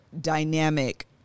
dynamic